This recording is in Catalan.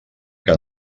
que